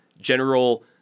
General